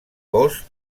cos